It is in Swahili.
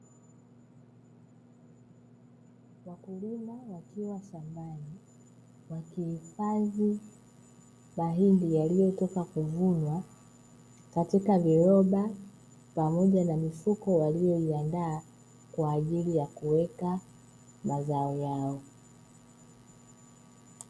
Wakulima wakiwa shambani, wakihifadhi mahindi yaliyotoka kuvunwa katika viroba pamoja na mifuko waliyoiandaa, kwa ajili ya kuweka mazao yao.